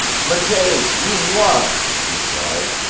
mckay, you've lost, he cried.